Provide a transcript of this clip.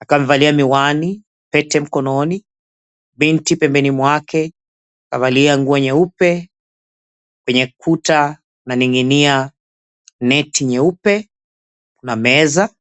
akiwa amevalia miwani, pete mkononi, binti pembeni mwake kavalia nguo nyeupe. Kwenye kuta kunaning'inia neti nyeupe na meza.